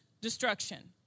destruction